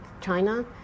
China